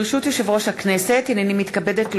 ברשות יושב-ראש הכנסת, הנני מתכבדת להודיעכם,